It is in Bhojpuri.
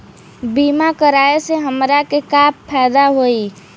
बीमा कराए से हमरा के का फायदा होई?